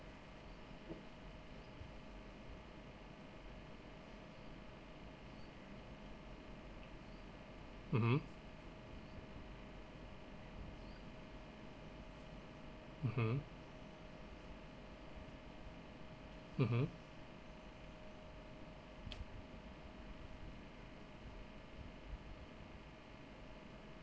mmhmm mmhmm mmhmm